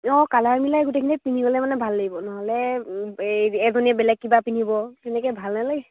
অঁ কালাৰ মিলাই গোটেইখিনি পিন্ধিব'লে মানে ভাল লাগিব নহ'লে এই এজনীয়ে বেলেগ কিবা পিন্ধিব তেনেকে ভাল নালাগে